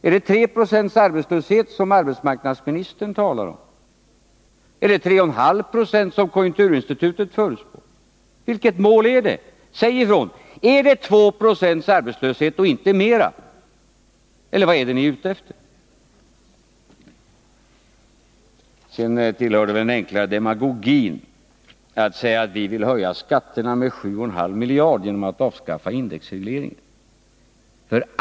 Är det 3 96 arbetslöshet, som arbetsmarknadsministern talar om? Eller är det 3,5 946 arbetslöshet, som konjunkturinstitutet förutspår? Säg ifrån vilket målet är! Är det högst 2 Zo arbetslöshet som är målet, eller vad är ni ute efter? Det tillhör den enklare demagogin när Rolf Wirtén säger att socialdemokraterna vill höja skatterna med 7,5 miljarder genom att avskaffa indexregleringen.